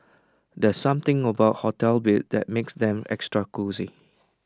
there's something about hotel beds that makes them extra cosy